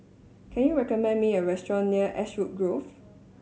can you recommend me a restaurant near Ashwood Grove